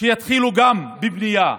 שיתחילו גם בבנייה.